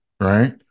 Right